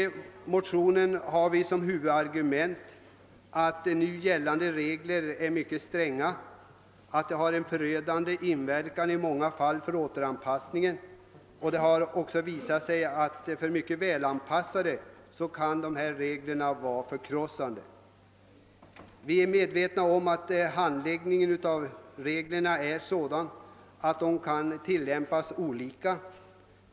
Huvudargumentet i vår motion är att nu gällande regler på detta område är mycket stränga och i många fall omöjliggör en riktig återanpassning. Reglerna kan vara förkrossande även för välanpassade människor. Vi är också medvetna om att reglerna kan tillämpas olika.